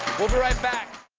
we'll be right back